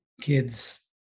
kids